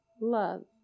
love